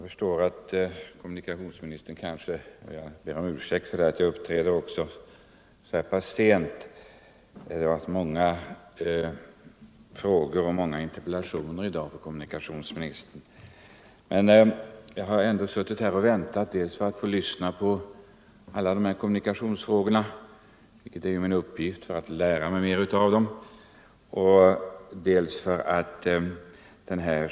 Herr talman! Jag ber om ursäkt för att jag uppträder så här pass sent. Det var så mycket frågor och interpellationer i dag för kommunikationsministern. Men jag har ändå suttit här och väntat för att få lyssna på alla dessa kommunikationsfrågor — det är min uppgift att lära mig mer av dem.